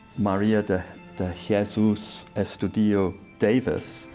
maria de de jesus estudillo davis,